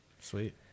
Sweet